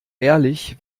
ehrlich